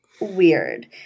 weird